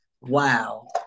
Wow